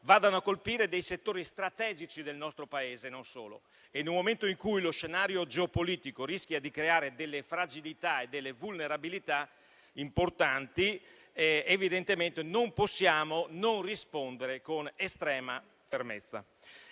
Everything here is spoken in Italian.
vadano a colpire dei settori strategici del nostro Paese e non solo. In un momento in cui lo scenario geopolitico rischia di creare delle fragilità e delle vulnerabilità importanti, evidentemente non possiamo non rispondere con estrema fermezza